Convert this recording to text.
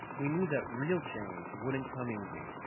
we knew that real change wouldn't come easy.